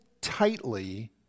tightly